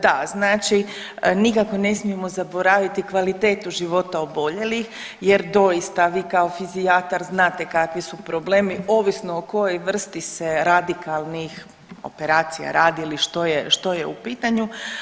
Da nikako ne smijemo zaboraviti kvalitetu života oboljelih jer doista vi kao fizijatar znate kakvi su problemi, ovisno o kojoj vrsti se radikalnih operacija radi ili što je u pitanju.